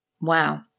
Wow